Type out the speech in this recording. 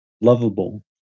lovable